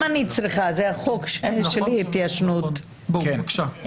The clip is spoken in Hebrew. ניגש להקראת הנוסח, בבקשה.